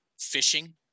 fishing